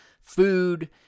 food